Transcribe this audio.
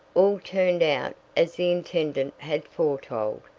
all turned out as the intendant had foretold.